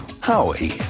Howie